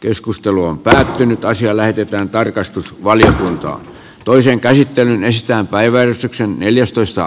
keskustelu on päätynyt asia lähetetään tarkastusvaliokuntaan toisen käsittelyn ystävänpäivänä neljästoista